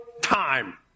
time